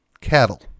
cattle